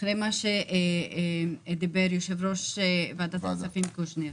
אחרי מה שדיבר יושב-ראש ועדת הכספים קושניר,